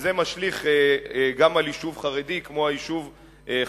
וזה משליך גם על יישוב חרדי כמו היישוב חריש,